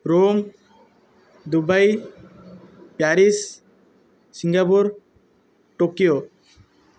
Rome Dubai Paris Singapore Tokyo